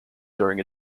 during